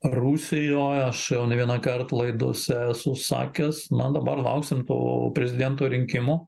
rusijoj aš vienąkart laidose esu sakęs man dabar lausim po prezidento rinkimų